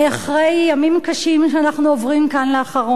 אחרי ימים קשים שאנחנו עוברים כאן לאחרונה.